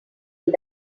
old